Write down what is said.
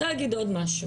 אני רוצה להגיד עוד משהו.